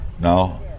now